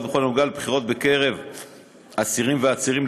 בכל הקשור לבחירות בקרב אסירים ועצירים,